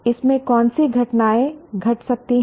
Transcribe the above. इसमें कौन सी घटनाएं घट सकती हैं